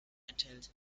enthält